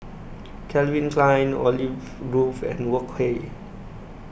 Calvin Klein Olive Grove and Wok Hey